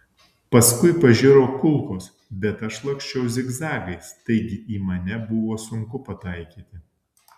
paskui pažiro kulkos bet aš laksčiau zigzagais taigi į mane buvo sunku pataikyti